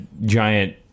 giant